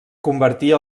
convertir